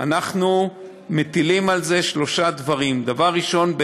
אנחנו מטילים על זה שלושה דברים: דבר ראשון,